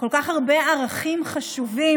כל כך הרבה ערכים חשובים,